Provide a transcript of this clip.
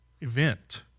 event